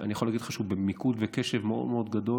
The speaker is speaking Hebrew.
אני יכול להגיד לך שהוא במיקוד וקשב מאוד מאוד גדול